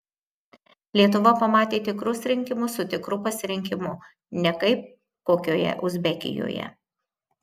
lietuva pamatė tikrus rinkimus su tikru pasirinkimu ne kaip kokioje uzbekijoje